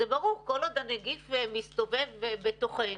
זה ברור, כל עוד הנגיף מסתובב בתוכנו,